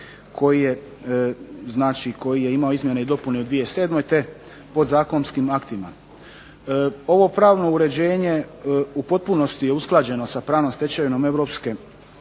koji je imao izmjene i dopune u 2007. te podzakonskim aktima. Ovo pravno uređenje u potpunosti je usklađeno sa pravnom stečevinom Europske unije